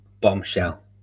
bombshell